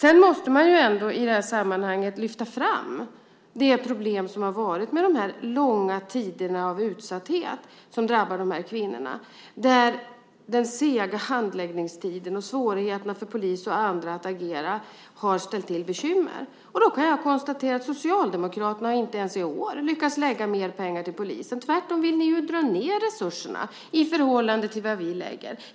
I det här sammanhanget måste man också lyfta fram det problem som har funnits med de långa tiderna av utsatthet som drabbar de här kvinnorna. Den sega handläggningstiden och svårigheterna för polis och andra att agera har ställt till bekymmer. Då kan jag konstatera att Socialdemokraterna inte ens i år har lyckats lägga mer pengar till polisen. Ni vill tvärtom dra ned resurserna i förhållande till vad vi lägger.